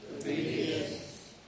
Obedience